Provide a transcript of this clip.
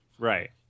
Right